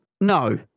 no